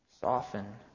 Soften